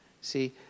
See